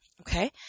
Okay